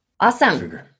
Awesome